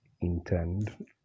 intend